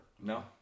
no